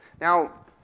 Now